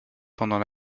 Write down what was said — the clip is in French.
pendant